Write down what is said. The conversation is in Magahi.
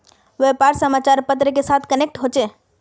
व्यापार समाचार पत्र के साथ कनेक्ट होचे?